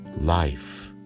life